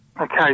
Okay